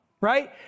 right